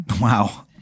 Wow